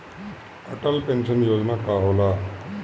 Atal pension योजना का होला?